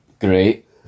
great